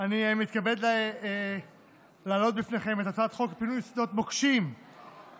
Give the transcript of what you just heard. אני מתכבד להעלות בפניכם את הצעת החוק לפינוי שדות מוקשים (תיקון,